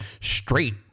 straight